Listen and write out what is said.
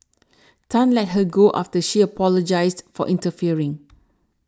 Tan let her go after she apologised for interfering